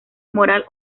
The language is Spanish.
moral